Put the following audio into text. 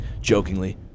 jokingly